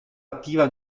attiva